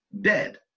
dead